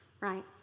right